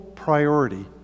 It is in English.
priority